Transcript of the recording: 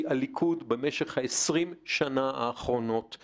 כי במשך 20 השנים האחרונות הליכוד,